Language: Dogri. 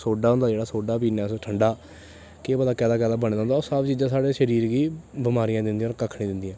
सोह्डा होंदा जेह्ड़ा सोह्डा पीने ठंडा केह् पता केह्दा केह्दा बने दा होंदा सब चीजां साढ़े शरीर गी बमारियां दिंदियां न कक्ख नी दिंदियां